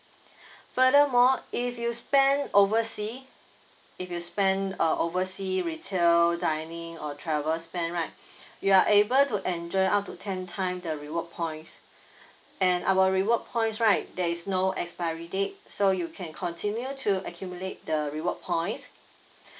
furthermore if you spend oversea if you spend uh oversea retail dining or travel spend right you are able to enjoy up to ten time the reward points and our reward points right there is no expiry date so you can continue to accumulate the reward points